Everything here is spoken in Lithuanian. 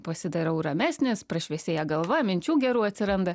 pasidarau ramesnis prašviesėja galva minčių gerų atsiranda